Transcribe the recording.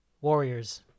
Warriors